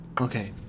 Okay